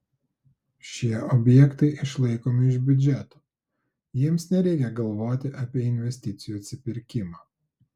šie objektai išlaikomi iš biudžeto jiems nereikia galvoti apie investicijų atsipirkimą